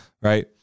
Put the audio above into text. right